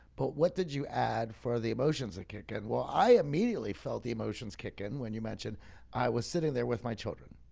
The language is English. but what did you add for the emotions that kick in? and well, i immediately felt the emotions kick in when you mentioned i was sitting there with my children.